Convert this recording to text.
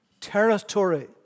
territory